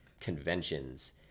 conventions